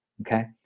Okay